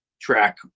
track